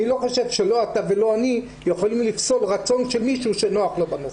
אני לא חושב שלא אתה ולא אני יכולים לפסול רצון של מישהו שנוח לו בנושא.